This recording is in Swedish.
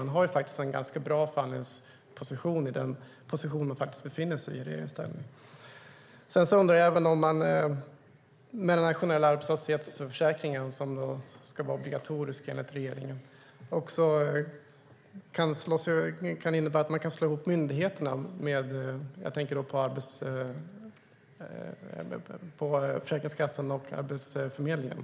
Man har faktiskt en ganska bra förhandlingsposition där man befinner sig i regeringsställning. Sedan undrar jag om den här generella arbetslöshetsförsäkringen, som ska vara obligatorisk enligt regeringen, också kan innebära att man kan slå ihop myndigheterna. Jag tänker då på Försäkringskassan och Arbetsförmedlingen.